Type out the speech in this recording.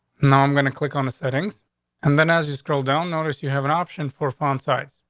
now i'm going to click on the settings and then as you scroll down notice, you have an option for font size.